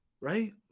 Right